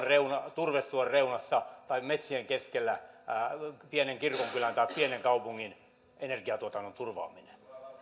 turvesuon reunassa tai metsien keskellä pienen kirkonkylän tai pienen kaupungin energiantuotannon turvaaminen